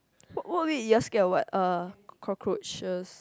what wait you are scared of what uh cockroaches